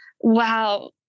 wow